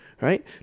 right